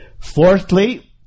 Fourthly